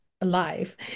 alive